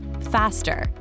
faster